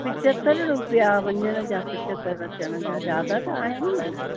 पंजहतरि रुपिया वञण जा पंजहतरि अचनि जा ज्यादा त आहिनि ई न